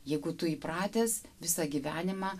jeigu tu įpratęs visą gyvenimą